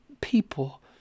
people